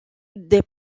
des